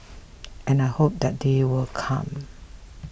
and I hope that day will come